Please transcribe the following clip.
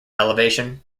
elevation